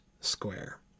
square